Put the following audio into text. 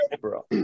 bro